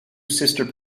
sister